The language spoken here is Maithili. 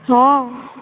हॅं